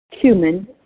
cumin